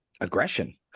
aggression